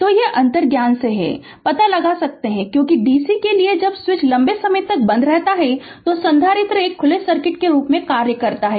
तो यह अंतर्ज्ञान से है पता लगा सकता है क्योंकि dc के लिए जब स्विच लंबे समय तक बंद रहता है तो संधारित्र एक खुले सर्किट के रूप में कार्य करता है